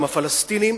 גם הפלסטינים,